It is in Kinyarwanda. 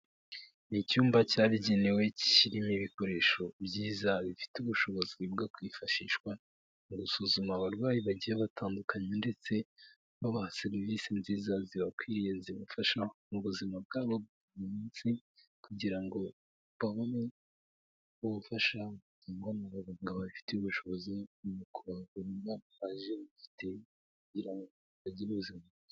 Ni icyumba cyabigenewe kirimo ibikoresho byiza bifite ubushobozi bwo kwifashishwa, mu gusuzuma abarwayi bagiye batandukanye ndetse babaha serivisi nziza zibakwiriye zibafasha mu buzima bwabo buri munsi kugira ngo babone ubufasha, butangwa n'abaganga babifitiye ubushobozi, mu kubavura indwara baje bafite kugira ngo bagire ubuzima bwiza.